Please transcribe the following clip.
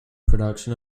production